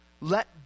Let